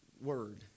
word